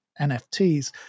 NFTs